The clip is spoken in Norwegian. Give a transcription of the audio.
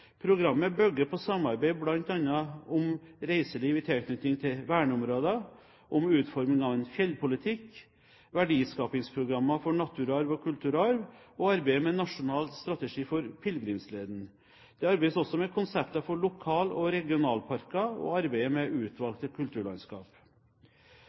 Programmet bygger på samarbeid om bl.a. reiseliv i tilknytning til verneområder, om utforming av en fjellpolitikk, verdiskapingsprogrammene for naturarven og kulturarven og arbeidet med en nasjonal strategi for pilegrimsleden. Det arbeides også med konsepter for lokal- og regionalparker og med